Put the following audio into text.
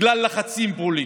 בגלל לחצים פוליטיים.